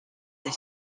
they